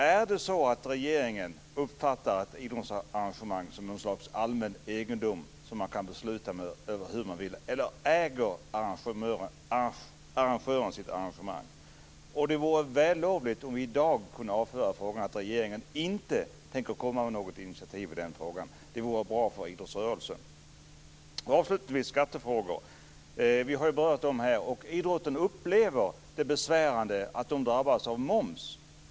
Är det så att regeringen uppfattar ett idrottsarrangemang som någon sorts allmän egendom som man kan besluta över hur man vill eller äger arrangören sitt arrangemang? Det vore vällovligt om vi i dag kunde avföra frågan genom ett besked om att regeringen inte tänker komma med något initiativ i den frågan. Det vore bra för idrottsrörelsen. Sedan har vi skattefrågorna. Vi har ju talat om det här. Idrotten upplever det som besvärande att den drabbas av moms.